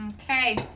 Okay